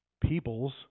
peoples